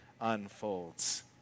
unfolds